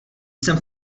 sem